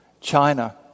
China